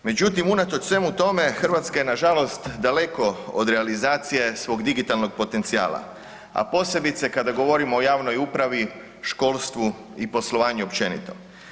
Međutim, unatoč svemu tome Hrvatska je nažalost daleko od realizacije svog digitalnog potencijala, a posebice kada govorimo o javnoj upravi, školstvu i poslovanju općenito.